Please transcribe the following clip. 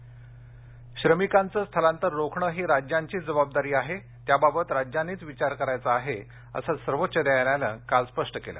मजर सर्वोच्च न्यायालय श्रमिकांचे स्थलातर रोखणे ही राज्यांचीच जबाबदारी आहे त्याबाबत राज्यांनीच विचार करायचा आहे असं सर्वोच्च न्यायालयानं काल स्पष्ट केलं